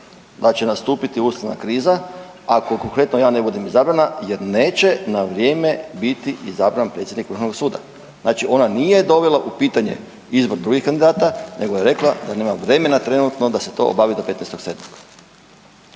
da će nastupiti ustavna kriza ako konkretno ja ne budem izabrana jer neće na vrijeme biti izabran predsjednik vrhovnog suda. Znači ona nije dovela u pitanje izbor drugih kandidata nego je rekla da nema vremena trenutno da se to obavi do 15.7..